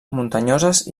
muntanyoses